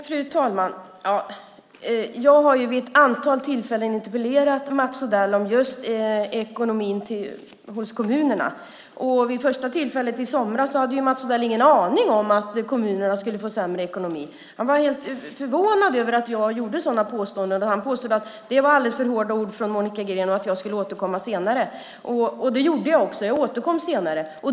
Fru talman! Jag har vid ett antal tillfällen interpellerat Mats Odell om ekonomin i kommunerna. Vid det första tillfället, i somras, hade Mats Odell ingen aning om att kommunerna skulle få sämre ekonomi. Han var förvånad över att jag gjorde sådana påståenden och ansåg att det var alldeles för hårda ord från min sida och att jag skulle återkomma senare. Det gjorde jag. Jag återkom senare.